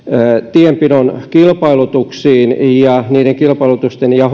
tienpidon kilpailutuksiin ja niiden kilpailutusten ja